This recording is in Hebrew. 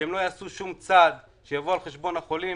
שהם לא יעשו שום צעד שיבוא על חשבון החולים.